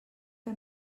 que